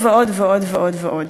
פועלות בחו"ל.